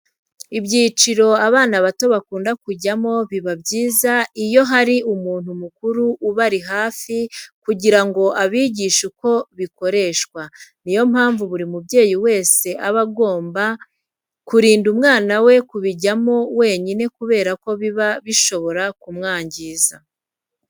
Ibyicungo abana bato bakunda kujyamo biba byiza iyo hari umuntu mukuru ubari hafi kugira ngo abigishe uko bikoreshwa. Ni yo mpamvu buri mubyeyi wese aba agomba kurinda umwana we kubijyamo wenyine kubera ko biba bishobora kumwangiza.